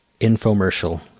infomercial